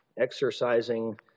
exercising